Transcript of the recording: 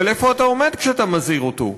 אבל איפה אתה עומד כשאתה מזהיר אותו?